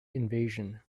invasion